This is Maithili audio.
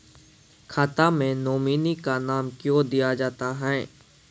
खाता मे नोमिनी का नाम क्यो दिया जाता हैं?